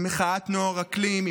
עם מחאת נוער אקלים,